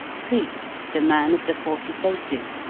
cleek the man of the forty faces,